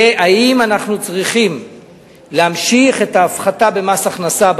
האם אנחנו צריכים להמשיך את ההפחתה במס הכנסה,